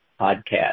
podcast